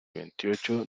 veintiocho